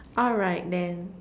alright then